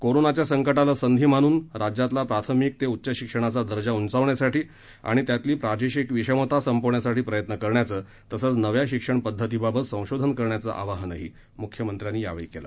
कोरोनाच्या संकटाला संधी मानून राज्यातला प्राथमिक ते उच्च शिक्षणाचा दर्जा उंचावण्यासाठी आणि त्यातली प्रादेशिक विषमता संपवण्यासाठी प्रयत्न करण्याचं तसंच नव्या शिक्षण पद्धतीबाबत संशोधन करण्याचं आवाहनही मुख्यमंत्र्यांनी केलं